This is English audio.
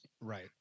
Right